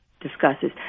discusses